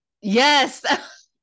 Yes